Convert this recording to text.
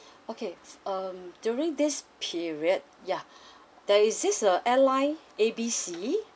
okay um during this period ya there is this uh airline A B C